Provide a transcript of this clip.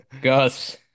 Gus